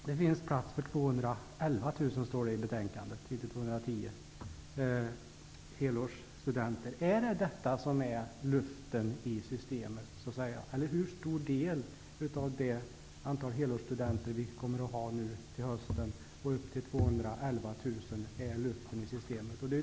Det finns plats för 211 000 helårsstudenter, står det i betänkandet, inte 210 000. Är det detta som är luften i systemet? Hur stor del av det antal helårsstudenter vi kommer att ha nu till hösten på upp till 211 000 är luften i systemet?